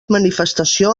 manifestació